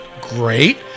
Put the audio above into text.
Great